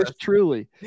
truly